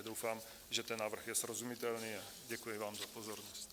Doufám, že je ten návrh srozumitelný, a děkuji vám za pozornost.